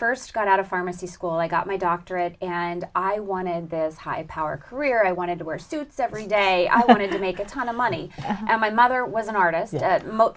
first got out of pharmacy school i got my doctorate and i wanted this high powered career i wanted to wear suits every day i wanted to make a ton of money and my mother was an artist